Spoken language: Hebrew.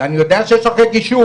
אני יודע שיש לך רגישות,